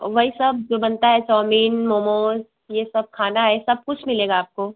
वही सब जो बनता है चाउमीन मोमोस ये सब खाना है सब कुछ मिलेगा आपको